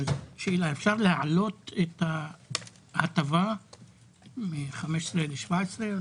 אבל שאלה: אפשר להעלות את ההטבה מ-15% ל-17%?